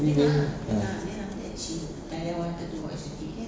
tiba-tiba ah